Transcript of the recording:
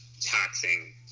taxing